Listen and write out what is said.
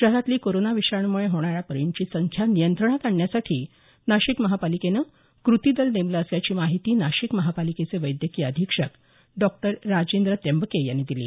शहरातली कोरोना विषाण्मुळे होणाऱ्या बळींची संख्या नियंत्रणात आणण्यासाठी नाशिक महापालिकेने कृती दल नेमलं असल्याची माहिती नाशिक महापालिकेचे वैद्यकीय अधिक्षक डॉ राजेंद्र त्यंबके यांनी दिली